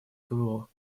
кво